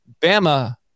Bama